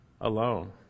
alone